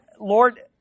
Lord